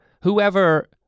whoever